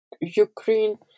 Ukraine